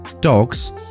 dogs